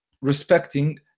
respecting